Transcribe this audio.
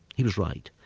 he was right.